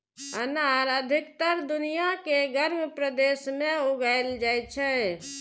अनार अधिकतर दुनिया के गर्म प्रदेश मे उगाएल जाइ छै